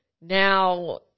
Now